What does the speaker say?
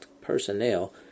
personnel